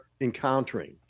encountering